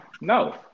No